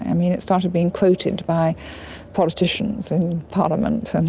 i mean, it started being quoted by politicians in parliament. and